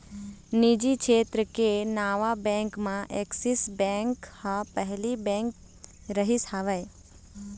निजी छेत्र के नावा बेंक म ऐक्सिस बेंक ह पहिली बेंक रिहिस हवय